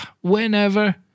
whenever